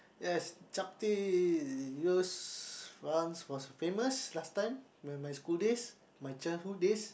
yes cahpteh it was fun for famous last time when my school days my childhood days